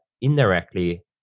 indirectly